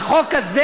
החוק הזה,